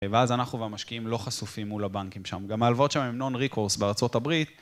ואז אנחנו והמשקיעים לא חשופים מול הבנקים שם, גם הלוואות שם הם נון ריקורס בארה״ב